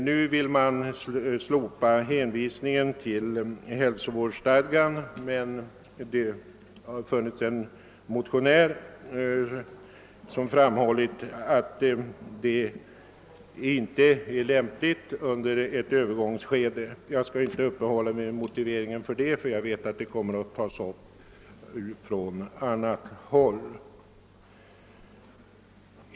Nu vill man slopa hänvisningen till hälsovårdsstadgan, men en motionär har framhållit att detta inte är lämpligt under ett övergångsskede. Jag skall inte uppehålla mig vid motiveringen härför, då jag vet att den kommer att framföras av en annan ledamot.